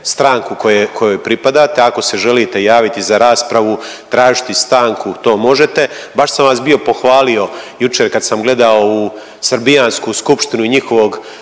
stranku kojoj pripadate, ako se želite javiti za raspravu, tražiti stanku, to možete. Baš sam vas bio pohvalio jučer kad sam gledao u srbijansku skupštinu i njihovog